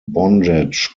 bondage